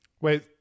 wait